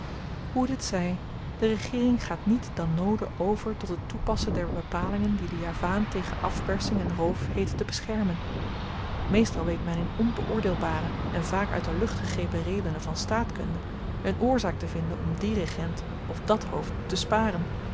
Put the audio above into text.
hoe dit zy de regeering gaat niet dan noode over tot het toepassen der bepalingen die den javaan tegen afpersing en roof heeten te beschermen meestal weet men in onbeoordeelbare en vaak uit de lucht gegrepen redenen van staatkunde een oorzaak te vinden om dien regent of dat hoofd te sparen